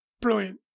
Brilliant